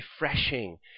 refreshing